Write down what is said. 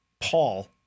Paul